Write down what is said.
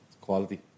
quality